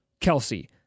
Kelsey